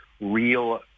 real